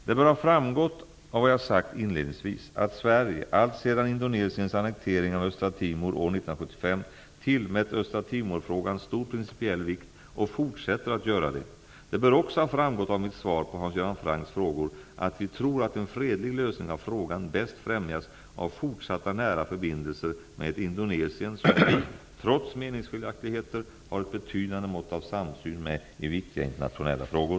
Det bör ha framgått av vad jag sagt inledningsvis, att Sverige, alltsedan Indonesiens annektering av Östra Timor år 1975, tillmätt Östra Timor-frågan stor principiell vikt och fortsätter att göra det. Det bör också ha framgått av mitt svar på Hans Göran Francks frågor att vi tror att en fredlig lösning av frågan bäst främjas av fortsatta nära förbindelser med ett Indonesien, som vi, trots meningsskiljaktligheter, har ett betydande mått av samsyn med i viktiga internationella frågor.